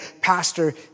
pastor